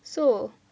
so